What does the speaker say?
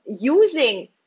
using